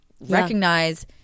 Recognize